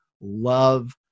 love